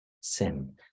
sin